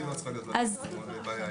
לדעתי לא צריכה להיות בעיה עם זה.